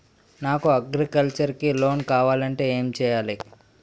నాకు అగ్రికల్చర్ కి లోన్ కావాలంటే ఏం చేయాలి?